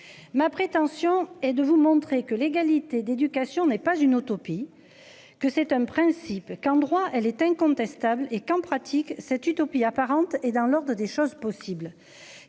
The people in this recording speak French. Ma prétention et de vous montrer que l'égalité d'éducation n'est pas une auto pis. Que c'est un principe qu'en droit, elle est incontestable et qu'en pratique, cette utopie apparente et dans l'ordre des choses possibles.